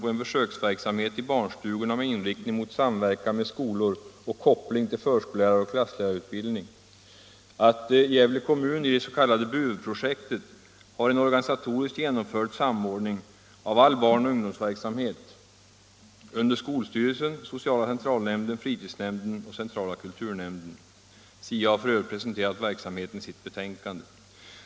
på en försöksverksamhet i barnstugorna med inriktning mot samverkan med skolor och koppling till förskolläraroch klasslärarutbildning, samt att Gävle kommun i det s.k. BUV-projektet har en organisatoriskt genomförd samordning av all barnoch ungdomsverksamhet under skolstyrelsen, sociala centralnämnden, fritidsnämnden och centrala kulturnämnden. SIA har för övrigt presenterat den sistnämnda verksamheten i sitt betänkande.